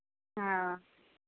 हँ